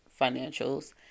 financials